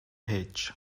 hedge